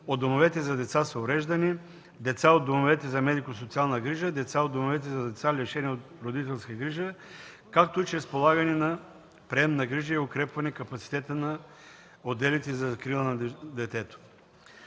от домовете за деца с увреждания, деца от домовете за медико-социална грижа, деца от домовете за деца, лишени от родителска грижа, както чрез полагане на приемна грижа и укрепване капацитета на отделите за закрила на детето.